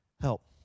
help